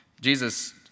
Jesus